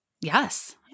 Yes